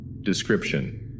Description